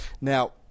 Now